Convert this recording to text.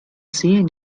sehen